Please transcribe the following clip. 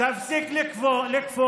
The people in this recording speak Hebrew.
אז תפסיק לקפוץ.